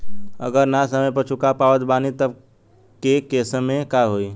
अगर ना समय पर चुका पावत बानी तब के केसमे का होई?